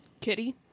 Kitty